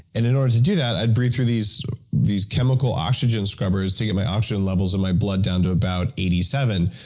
and in order to do that, i'd breathe through these these chemical oxygen scrubbers to get my oxygen levels in my blood down to about eighty seven,